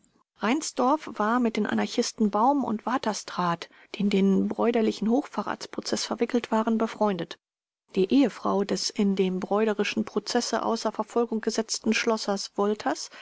reinsdorf war mit den anarchisten baum und waterstraat die in den bräuderschen hochverratsprozeß verwickelt waren befreundet die ehefrau des in dem bräuderschen prozesse außer verfolgung gesetzten schlossers wolters